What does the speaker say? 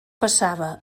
passava